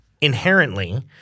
inherently